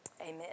Amen